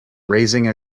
raising